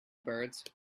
birds